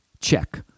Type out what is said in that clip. check